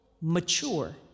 mature